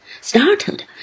startled